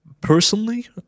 Personally